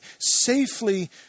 safely